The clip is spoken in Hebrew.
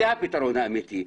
זה הפתרון האמתי.